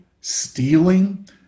stealing